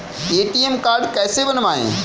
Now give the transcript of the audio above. ATM card कैसे बनवाएँ?